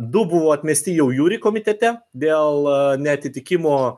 du buvo atmesti jau juri komitete dėl neatitikimo